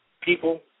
people